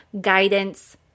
guidance